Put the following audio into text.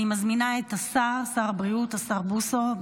אני מזמינה את שר הבריאות בוסו.